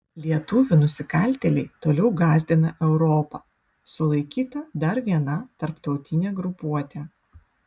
lietuvių nusikaltėliai toliau gąsdina europą sulaikyta dar viena tarptautinė grupuotė